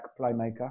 playmaker